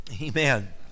Amen